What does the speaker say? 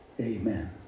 amen